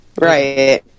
right